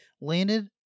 landed